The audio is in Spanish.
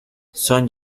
son